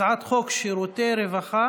הצעת חוק שירותי רווחה